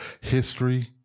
history